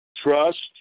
trust